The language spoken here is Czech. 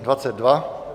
22.